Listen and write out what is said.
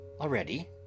Already